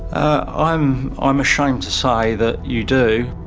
i'm um ashamed to say that you do.